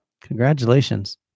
Congratulations